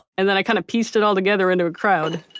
and then i kind of pieced it all together into a crowd.